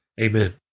Amen